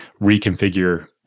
reconfigure